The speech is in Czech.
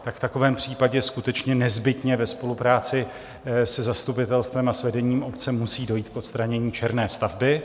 V takovém případě skutečně nezbytně ve spolupráci se zastupitelstvem a s vedením obce musí dojít k odstranění černé stavby.